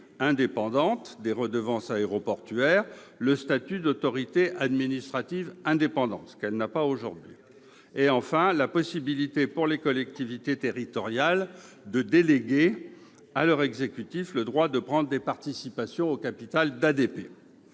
des redevances aéroportuaires le statut d'autorité administrative indépendante, dont elle ne dispose pas aujourd'hui. Enfin, le projet de loi prévoit la possibilité, pour les collectivités territoriales, de déléguer à leur exécutif le droit de prendre des participations au capital d'ADP.